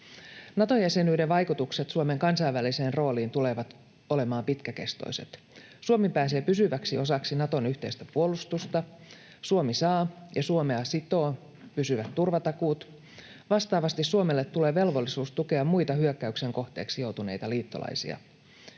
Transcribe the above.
Nato-jäsenyyden vaikutukset Suomen kansainväliseen rooliin tulevat olemaan pitkäkestoiset. Suomi pääsee pysyväksi osaksi Naton yhteistä puolustusta, Suomi saa ja Suomea sitovat pysyvät turvatakuut. Vastaavasti Suomelle tulee velvollisuus tukea muita hyökkäyksen kohteeksi joutuneita liittolaisia.